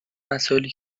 مسائلی